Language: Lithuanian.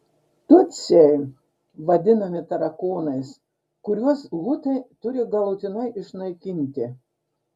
tutsiai vadinami tarakonais kuriuos hutai turi galutinai išnaikinti